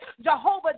Jehovah